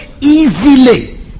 easily